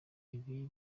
ibi